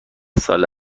ساله